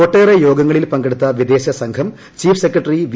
ഒട്ടേറ്റ് ്യോഗങ്ങളിൽ പങ്കെടുത്ത വിദേശ സംഘം ചീഫ് ഉസ്ര്കട്ടറി വി